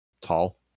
tall